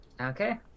Okay